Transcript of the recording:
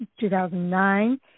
2009